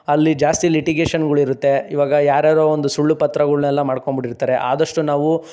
ಅಲ್ಲಿ ಜಾಸ್ತಿ ಲಿಟಿಗೇಶನ್ಗಳಿರುತ್ತೆ ಇವಾಗ ಯಾರುಯಾರೋ ಒಂದು ಸುಳ್ಳು ಪತ್ರಗಳನೆಲ್ಲ ಮಾಡ್ಕೊಂಡು ಬಿಟ್ಟಿರ್ತಾರೆ ಆದಷ್ಟು ನಾವು